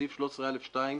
בסעיף 13(א)(2),